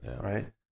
right